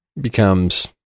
becomes